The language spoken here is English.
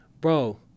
Bro